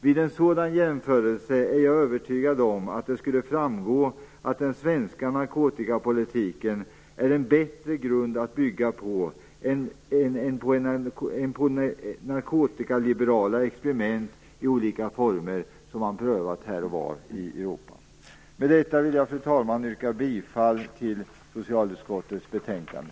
Vid en sådan jämförelse skulle det, det är jag övertygad om, framgå att den svenska narkotikapolitiken är en bättre grund att bygga på jämfört med de narkotikaliberala experiment i olika former som prövats här och var i Med detta, fru talman, vill jag yrka bifall till hemställan i socialutskottets betänkande.